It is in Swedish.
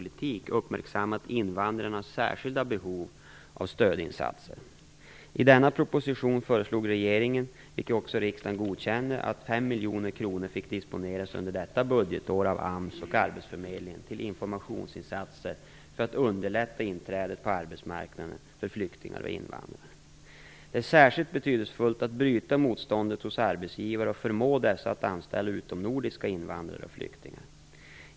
I denna proposition föreslog regeringen, vilket också riksdagen godkände, att högst 5 miljoner kronor fick disponeras under budgetåret 1995/96 av AMS och arbetsförmedlingen till informationsinsatser för att underlätta inträdet på arbetsmarknaden för flyktingar och invandrare. Det är särskilt betydelsefullt att bryta motståndet hos arbetsgivare och förmå dessa att anställa utomnordiska invandrare och flyktingar.